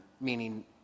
meaning